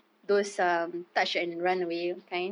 those are touch and run away kind ya